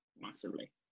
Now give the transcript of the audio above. Massively